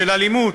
של אלימות,